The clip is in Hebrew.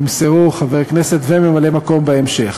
יימסרו שמות חבר כנסת וממלא-מקום בהמשך.